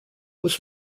was